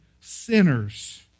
sinners